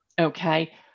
okay